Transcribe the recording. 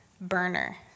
burner